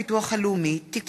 הצעת חוק הביטוח הלאומי (תיקון,